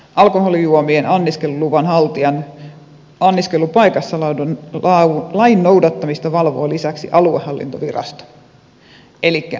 alkoholijuomien anniskeluluvan haltijan anniskelupaikassa lain noudattamista valvoo lisäksi aluehallintovirasto